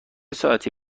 ساعتی